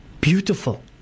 beautiful